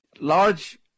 Large